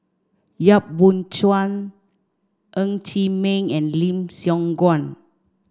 Yap Boon Chuan Ng Chee Meng and Lim Siong Guan